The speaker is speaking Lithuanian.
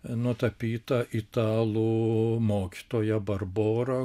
nutapyta italų mokytoja barbora